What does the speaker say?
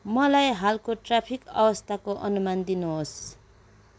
मलाई हालको ट्राफिक अवस्थाको अनुमान दिनुहोस्